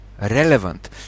relevant